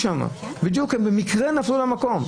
טלוויזיה במקרה נפלו למקום.